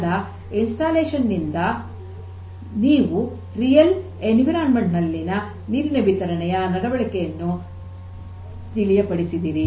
ಈ ತರಹದ ಅನುಸ್ಥಾಪನದಿಂದ ನೀವು ನೈಜ ಪರಿಸರದಲ್ಲಿ ನೀರಿನ ವಿತರಣೆಯ ನಡವಳಿಕೆಯನ್ನು ತಿಳಿಯಪಡಿಸಿದಿರಿ